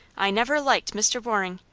i never liked mr. waring.